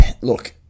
Look